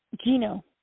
Gino